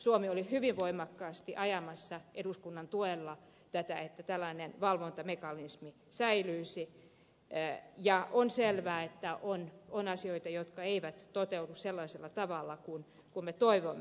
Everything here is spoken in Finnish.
suomi oli hyvin voimakkaasti ajamassa eduskunnan tuella tätä että tällainen valvontamekanismi säilyisi ja on selvää että on asioita jotka eivät toteudu sellaisella tavalla kuin me toivomme